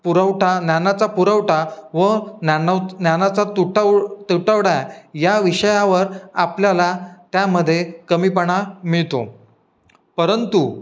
पुरवठा ज्ञानाचा पुरवठा व ज्ञानाचा तुटव तुटवडा या विषयावर आपल्याला त्यामध्ये कमीपणा मिळतो परंतु